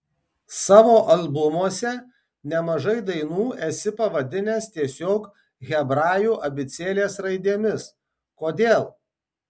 savo albumuose nemažai dainų esi pavadinęs tiesiog hebrajų abėcėlės raidėmis kodėl